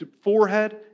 forehead